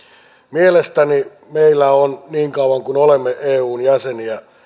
mielestäni meillä on niin kauan kuin olemme eun jäseniä